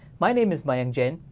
my name is mayunk jain,